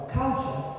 culture